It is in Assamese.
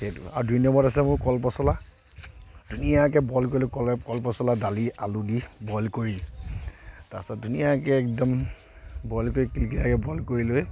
সেইটো আৰু দুই নম্বৰত আছে মোৰ কল পচলা ধুনীয়াকৈ বইল কৰি লৈ কলে কল পচলা দালি আলু দি বইল কৰি তাৰপিছত ধুনীয়াকৈ একদম বইল কৰি বইল কৰি লৈ